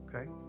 Okay